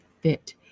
fit